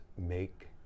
make